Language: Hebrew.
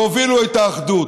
תובילו את האחדות.